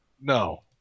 No